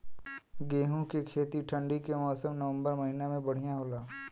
गेहूँ के खेती ठंण्डी के मौसम नवम्बर महीना में बढ़ियां होला?